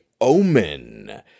Omen